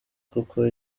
kuko